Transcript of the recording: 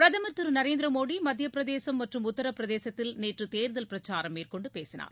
பிரதுர் திரு நரேந்திர மோடி மத்தியப்பிரதேசும் மற்றும் உத்தரப்பிரதேசத்தில் நேற்று தேர்தல் பிரச்சாரம் மேற்கொண்டு பேசினார்